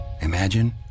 imagine